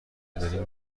داریم